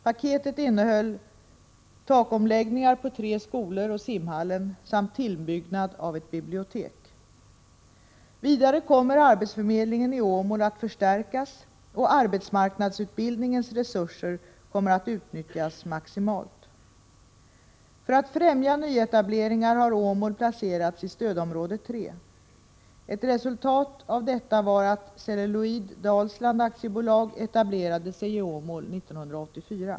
Paketet innehöll takomläggningar på tre skolor och simhallen samt tillbyggnad av ett bibliotek. Vidare kommer arbetsförmedlingen i Åmål att förstärkas och arbetsmarknadsutbildningens resurser kommer att utnyttjas maximalt. För att främja nyetableringar har Åmål placerats i stödområde C. Ett resultat av detta var att Celluloid Dalsland AB etablerade sig i Åmål 1984.